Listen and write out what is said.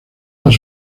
las